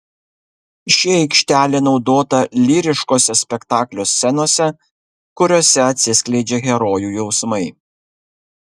ši aikštelė naudota lyriškose spektaklio scenose kuriose atsiskleidžia herojų jausmai